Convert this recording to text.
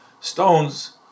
stones